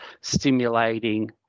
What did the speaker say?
stimulating